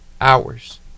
hours